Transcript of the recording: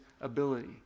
ability